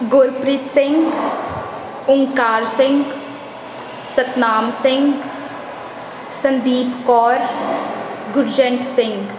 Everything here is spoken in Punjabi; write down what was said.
ਗੁਰਪ੍ਰੀਤ ਸਿੰਘ ਓਂਕਾਰ ਸਿੰਘ ਸਤਨਾਮ ਸਿੰਘ ਸੰਦੀਪ ਕੌਰ ਗੁਰਜੈਂਟ ਸਿੰਘ